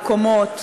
בקומות,